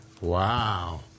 Wow